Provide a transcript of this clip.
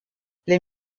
les